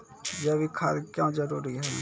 जैविक खाद क्यो जरूरी हैं?